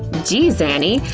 geez, annie,